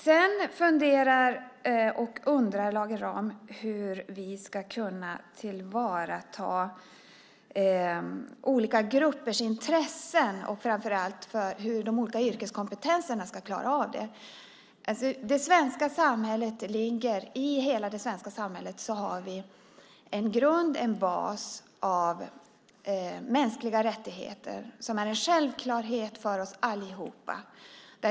Lage Rahm undrar hur vi ska kunna tillvarata olika gruppers intressen, framför allt hur de olika yrkeskompetenserna ska klara av det. I hela det svenska samhället har vi en grund, en bas av mänskliga rättigheter som är en självklarhet för oss allihop.